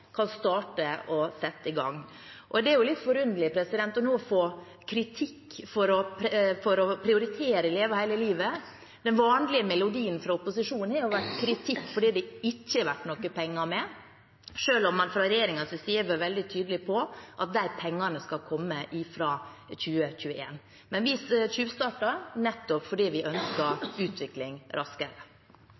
å få kritikk for å prioritere Leve hele livet. Den vanlige melodien fra opposisjonen har vært kritikk fordi det ikke har fulgt penger med, selv om man fra regjeringens side har vært veldig tydelig på at pengene skal komme fra 2021. Vi tyvstarter, nettopp fordi vi ønsker utvikling raskere.